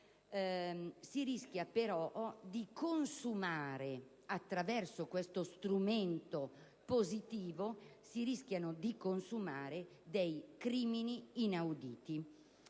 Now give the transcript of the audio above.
si rischiano però di consumare, attraverso questo strumento positivo, dei crimini inauditi.